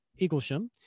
Eaglesham